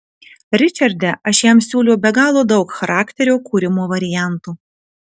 ričarde aš jam siūliau be galo daug charakterio kūrimo variantų